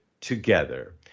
together